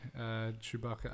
Chewbacca